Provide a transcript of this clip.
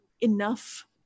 enough